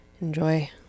Enjoy